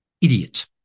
Idiot